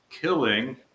killing